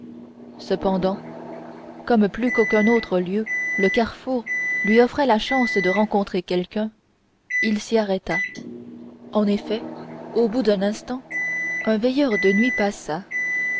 cependant comme plus qu'aucun autre lieu le carrefour lui offrait la chance de rencontrer quelqu'un il s'y arrêta en effet au bout d'un instant un veilleur de nuit passa